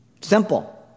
Simple